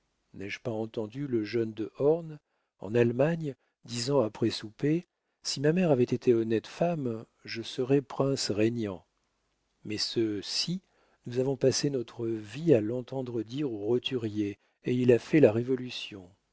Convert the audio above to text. n'ai-je pas entendu le jeune de horn en allemagne disant après souper si ma mère avait été honnête femme je serais prince régnant mais ce si nous avons passé notre vie à l'entendre dire aux roturiers et il a fait la révolution